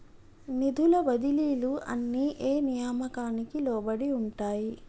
నిధుల బదిలీలు అన్ని ఏ నియామకానికి లోబడి ఉంటాయి?